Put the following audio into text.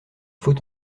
faut